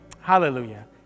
hallelujah